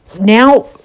now